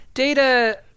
Data